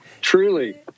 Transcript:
Truly